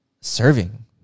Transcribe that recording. serving